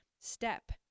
step